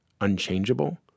unchangeable